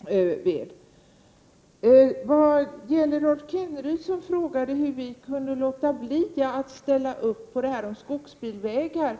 som nu råder. Rolf Kenneryd frågade hur vi kunde låta bli att ställa oss bakom reservationen om skogsbilvägar.